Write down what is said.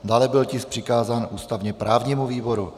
Dále byl tisk přikázán ústavněprávnímu výboru.